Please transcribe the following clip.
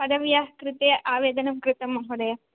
पदव्याः कृते आवेदनं कृतं महोदय